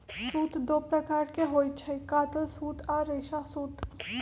सूत दो प्रकार के होई छई, कातल सूत आ रेशा सूत